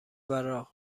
براق